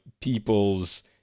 people's